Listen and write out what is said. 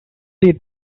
three